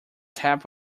tap